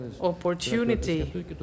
opportunity